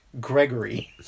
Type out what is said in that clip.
Gregory